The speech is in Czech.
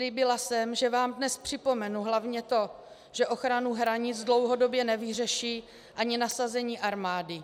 Slíbila jsem, že vám dnes připomenu hlavně to, že ochranu hranic dlouhodobě nevyřeší ani nasazení armády.